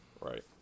Right